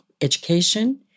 education